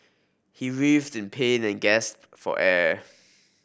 he writhed in pain and gasped for air